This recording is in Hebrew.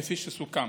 כפי שסוכם.